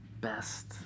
best